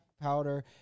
powder